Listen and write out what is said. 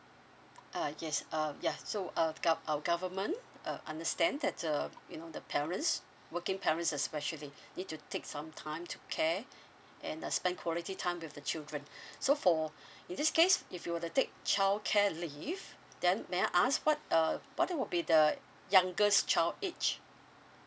uh yes uh ya so uh our government uh understand that um you know the parents working parents especially need to take some time to care and uh spend quality time with the children so for this case if you were to take childcare leave then may I ask what uh what will be the youngest child age